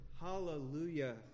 Hallelujah